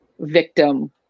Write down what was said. Victim